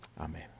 Amen